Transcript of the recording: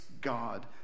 God